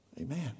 Amen